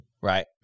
Right